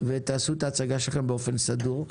ותעשו את ההצגה באופן סדור.